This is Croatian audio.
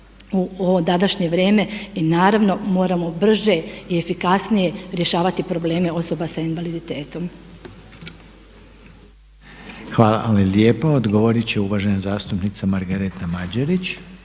današnje vrijeme i naravno moramo brže i efikasnije rješavati probleme osoba s invaliditetom. **Reiner, Željko (HDZ)** Hvala vam lijepo. Odgovorit će uvažena zastupnica Margareta Mađerić: